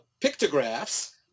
pictographs